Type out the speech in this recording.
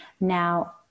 Now